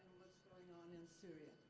going on in syria?